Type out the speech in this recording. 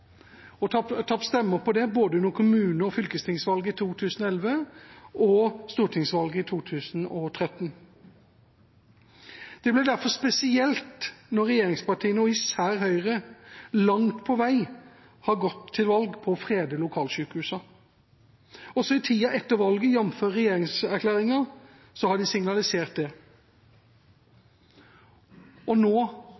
har tapt stemmer på det – både under kommune- og fylkestingsvalget i 2011 og under stortingsvalget i 2013. Det blir derfor spesielt når regjeringspartiene – og især Høyre – langt på vei har gått til valg på å frede lokalsykehusene. Også i tida etter valget, jf. regjeringserklæringa, har de signalisert det.